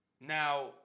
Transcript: Now